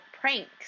pranks